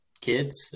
kids